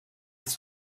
its